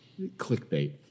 clickbait